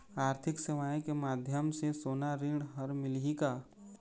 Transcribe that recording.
आरथिक सेवाएँ के माध्यम से सोना ऋण हर मिलही का?